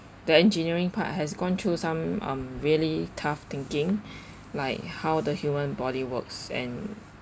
the engineering part has gone through some um really tough thinking like how the human body works and